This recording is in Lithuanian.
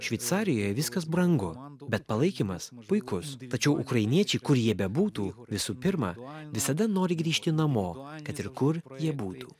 šveicarijoj viskas brangu bet palaikymas puikus tačiau ukrainiečiai kur jie bebūtų visų pirma visada nori grįžti namo kad ir kur jie būtų